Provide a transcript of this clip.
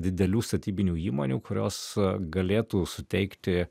didelių statybinių įmonių kurios galėtų suteikti